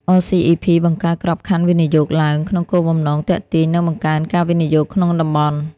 អ សុី អុី ភី(RCEP) បង្កើតក្របខណ្ឌវិនិយោគឡើង ក្នុងគោលបំណងទាក់ទាញ និងបង្កើនការវិនិយោគក្នុងតំបន់។